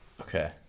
Okay